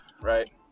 right